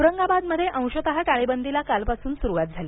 औरंगाबादमध्ये अंशतः टाळेबंदीला कालपासून सुरुवात झाली